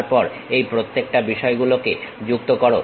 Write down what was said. তারপর এই প্রত্যেকটা বিষয়গুলোকে যুক্ত করো